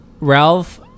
Ralph